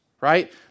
right